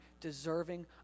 deserving